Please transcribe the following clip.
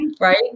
right